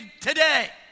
today